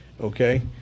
Okay